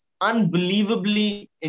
unbelievably